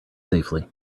safely